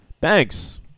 Thanks